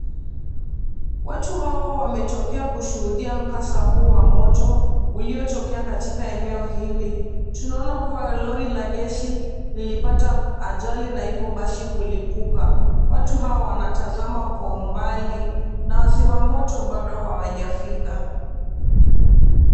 Watu hawa wametokea kushuhudia mkasa huu wa moto uliotokea katika eneo hili. Tunaona kuwa lori la gesi lilipata ajali na hivyo basi kulipuka. Watu hawa wanatazama kwa umbali. Na wazima moto bado hawajafika.